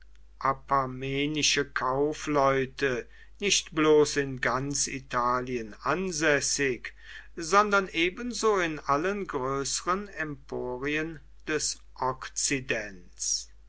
apamenische kaufleute nicht bloß in ganz italien ansässig sondern ebenso in allen größeren emporien des okzidents